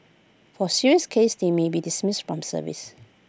for serious cases they may be dismissed from service